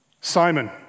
Simon